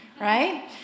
right